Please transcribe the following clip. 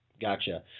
Gotcha